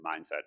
mindset